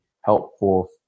helpful